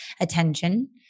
attention